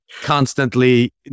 constantly